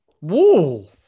Whoa